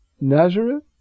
Nazareth